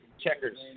checkers